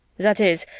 that is,